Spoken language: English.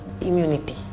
immunity